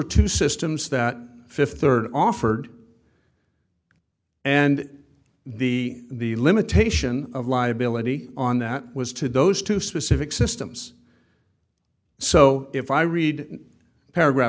two systems that fifth third offered and the the limitation of liability on that was to those two specific systems so if i read paragraph